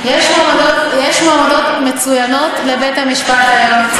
יש מועמדות מצוינות לבית-המשפט העליון.